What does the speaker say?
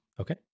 Okay